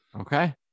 Okay